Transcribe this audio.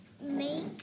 Make